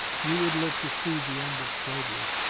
you would live to see the end of slavery.